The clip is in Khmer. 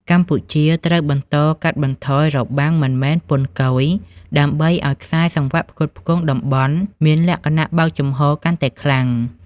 កម្ពុជាត្រូវបន្តកាត់បន្ថយ "របាំងមិនមែនពន្ធគយ" ដើម្បីឱ្យខ្សែសង្វាក់ផ្គត់ផ្គង់តំបន់មានលក្ខណៈបើកចំហកាន់តែខ្លាំង។